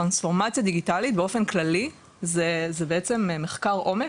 טרנספורמציה דיגיטלית זה בעצם מחקר עומק,